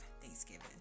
Thanksgiving